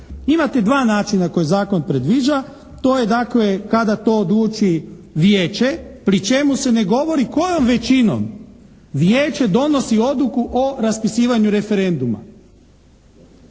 Imate dva načina koji zakon predviđa. To je dakle kada to odluči vijeće pri čemu se ne govori kojom većinom vijeće donosi odluku o raspisivanju referenduma,